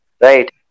Right